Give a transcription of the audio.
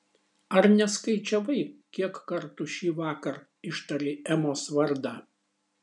ar neskaičiavai kiek kartų šįvakar ištarei emos vardą